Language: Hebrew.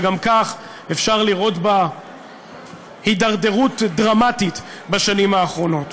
שגם כך אפשר לראות בה הידרדרות דרמטית בשנים האחרונות.